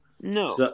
No